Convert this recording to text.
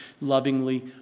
lovingly